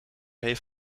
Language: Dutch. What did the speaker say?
heeft